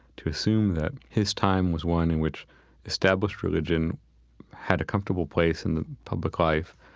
to assume that his time was one in which established religion had a comfortable place in the public life.